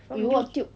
from youtube